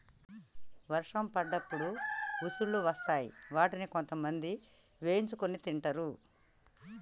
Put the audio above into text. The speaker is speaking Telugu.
వర్షం పడ్డప్పుడు ఉసుల్లు వస్తాయ్ వాటిని కొంతమంది వేయించుకొని తింటరు